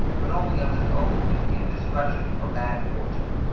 but only of his own indiscretion or bad fortune.